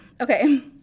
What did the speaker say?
Okay